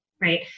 right